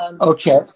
Okay